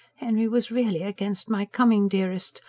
henry was really against my coming, dearest.